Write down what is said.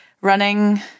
running